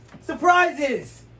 surprises